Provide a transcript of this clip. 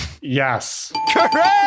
Yes